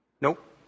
Nope